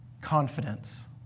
confidence